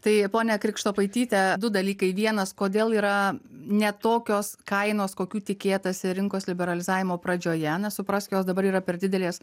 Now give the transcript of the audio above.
tai ponia krikštopaityte du dalykai vienas kodėl yra ne tokios kainos kokių tikėtasi rinkos liberalizavimo pradžioje nes suprask jos dabar yra per didelės